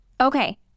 Okay